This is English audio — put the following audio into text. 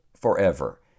forever